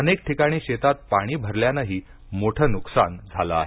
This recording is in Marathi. अनेक ठिकाणी शेतात पाणी शिरल्यानंही मोठं नुकसान झालं आहे